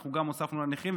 אנחנו גם הוספנו לנכים,